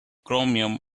chromium